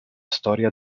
storia